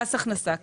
למס הכנסה בלבד?